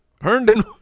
Herndon